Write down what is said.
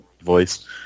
voice